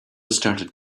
started